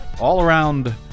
all-around